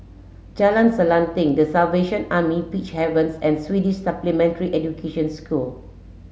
Jalan Selanting The Salvation Army Peacehaven and Swedish Supplementary Education School